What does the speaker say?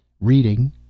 Reading